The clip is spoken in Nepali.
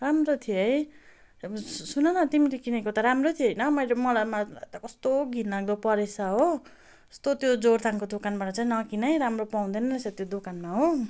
राम्रो थियो है सुनन तिमीले किनेको त राम्रो थियो होइन मैले मलाई त कस्तो घिनलाग्दो परेछ हो त्यस्तो त्यो जोरथाङको दोकानबाट चाहिँ नकिन है राम्रो पाउँदैन रहेछ त्यो दोकानमा हो